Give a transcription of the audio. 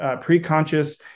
pre-conscious